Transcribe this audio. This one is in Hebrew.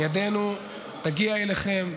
ידנו תגיע אליכם,